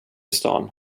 stan